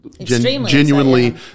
genuinely